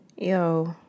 Yo